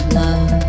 love